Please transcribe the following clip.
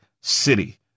city